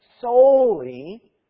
solely